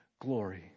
glory